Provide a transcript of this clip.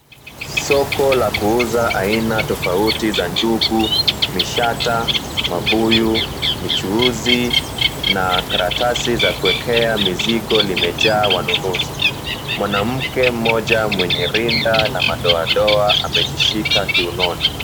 Soko la kuuza aina tofauti za njugu, mishata, mabuyu, michuzi na karatasi za kuwekea mizigo limejaa wanunuzi. Mwanamke mmoja mwenye rinda la madoadoa amejishika kiunoni.